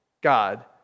God